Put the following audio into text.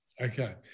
Okay